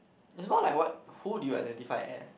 it's more like what who do you identify as